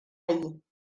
yi